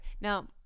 Now